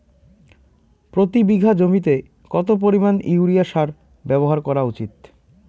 প্রতি বিঘা জমিতে কত পরিমাণ ইউরিয়া সার ব্যবহার করা উচিৎ?